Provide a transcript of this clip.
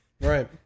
Right